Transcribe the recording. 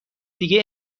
دیگه